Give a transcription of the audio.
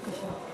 בבקשה.